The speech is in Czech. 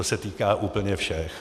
To se týká úplně všech.